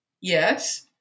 Yes